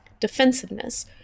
Defensiveness